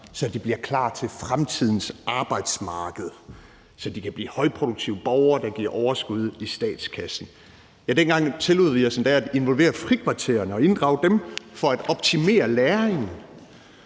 så de bliver klar til fremtidens arbejdsmarked, og så de kan blive højproduktive borgere, der giver overskud i statskassen. Dengang tillod vi os endda at involvere frikvartererne og inddrage dem for at optimere læringen.